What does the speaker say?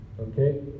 okay